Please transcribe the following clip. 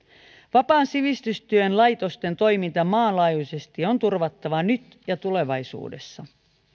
vapaan sivistystyön laitosten toiminta maanlaajuisesti on turvattava nyt ja tulevaisuudessa